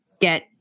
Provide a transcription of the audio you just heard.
get